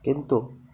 କିନ୍ତୁ